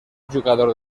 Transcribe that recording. jugador